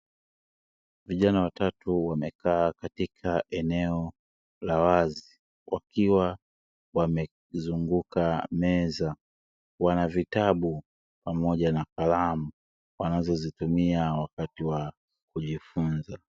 Vijana watatu wamekaa katika eneo la wazi, wakiwa wamezunguka meza. Wana vitabu pamoja na kalamu, wanazozitumia wakati wa kujifunza.